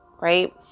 right